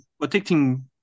protecting